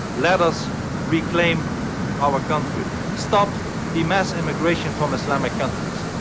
let us reclaim our country. stop the mass immigration from islamic countries.